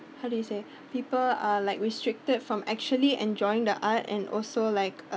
how do you say people are like restricted from actually enjoying the art and also like uh